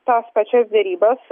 tas pačias derybas